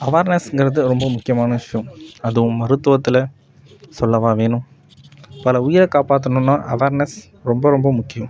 அவர்னஸ்ங்கிறது ரொம்ப முக்கியமான விஷயம் அதுவும் மருத்துவத்தில் சொல்லவா வேணும் பல உயிரை காப்பாத்தணுனால் அவர்னஸ் ரொம்ப ரொம்ப முக்கியம்